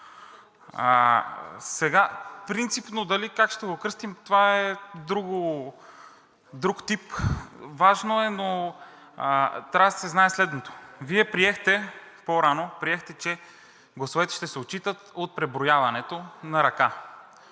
Принципно как ще го кръстим – друг тип, важно е, но трябва да се знае следното. Вие приехте по-рано, че гласовете ще се отчитат от преброяването на ръка.